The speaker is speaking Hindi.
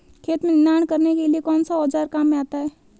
खेत में निनाण करने के लिए कौनसा औज़ार काम में आता है?